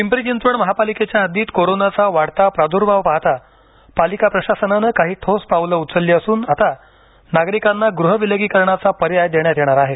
पिंपरी चिंचवड महापालिकेच्या हद्दीत कोरोनाचा वाढता प्रादूर्भाव पाहता पालिका प्रशासनानं काही ठोस पावलं उचलली असून आता नागरिकांना गृहविलगीकरणाचा पर्याय देण्यात येणार आहे